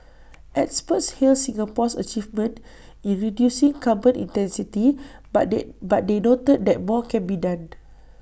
experts hailed Singapore's achievement in reducing carbon intensity but they but they noted that more can be done